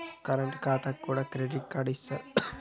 Current ఖాతాకు కూడా credit card ఇత్తరా?